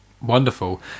Wonderful